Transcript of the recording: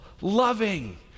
loving